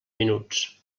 minuts